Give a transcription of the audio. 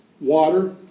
water